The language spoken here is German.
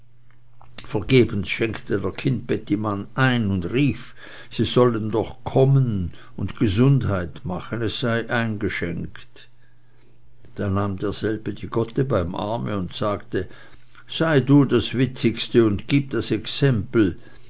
vergebens schenkte der kindbettimann ein und rief sie sollten doch kommen und gesundheit machen es sei eingeschenkt da nahm derselbe die gotte beim arme und sagte sei du das witzigeste und gib das exempel